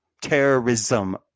terrorism